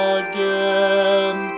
again